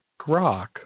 grok